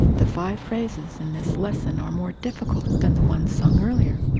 the five phrases in this lesson are more difficult than the ones sung earlier.